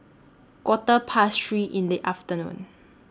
Quarter Past three in The afternoon